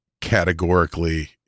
Categorically